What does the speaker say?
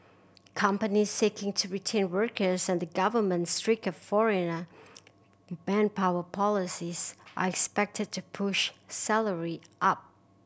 companies seeking to retain workers and the government's stricter foreigner manpower policies are expected to push salary up